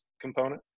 component